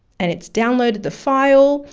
and it's downloaded the file.